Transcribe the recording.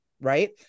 Right